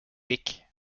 week